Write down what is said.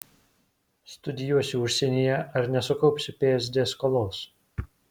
studijuosiu užsienyje ar nesukaupsiu psd skolos